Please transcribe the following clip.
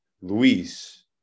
Luis